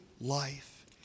life